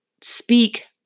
speak